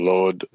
Lord